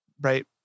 right